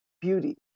Beauty